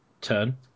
turn